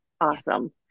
awesome